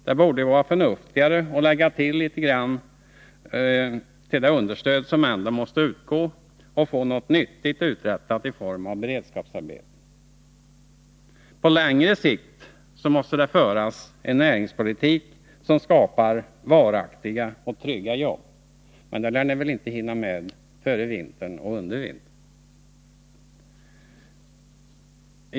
Det borde då vara förnuftigare att lägga till litet grand till det understöd som ändå måste utgå och få något nyttigt uträttat i form av beredskapsarbeten. På längre sikt måste det föras en näringspolitik som skapar varaktiga och trygga jobb. Men ni lär väl inte hinna fram till det före eller under vintern.